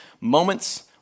moments